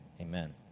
Amen